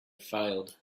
failed